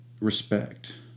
respect